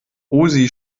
osi